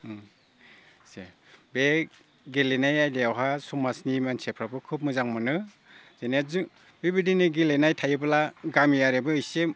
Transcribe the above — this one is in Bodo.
उम बै गेलेनाय आयदायावहा समाजनि मानसिफ्राबो खुब मोजां मोनो जेने जों बेबायदिनो गेलेनाय थायोब्ला गामियारियाबो एसे